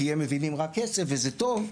כי הם מבינים רק כסף וזה טוב,